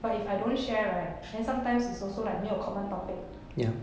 but if I don't share right then sometimes is also like 没有 common topic